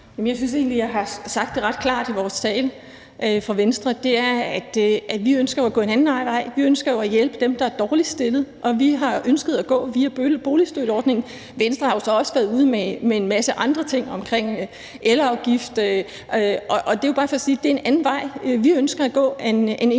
jeg har sagt det ret klart i vores tale fra Venstre: Vi ønsker at gå en anden vej; vi ønsker at hjælpe dem, der er dårligst stillet. Vi har ønsket at gå via boligstøtteordningen. Venstre har jo så også været ude med en masse andre ting – bl.a. om elafgiften – og det er jo bare for at sige, at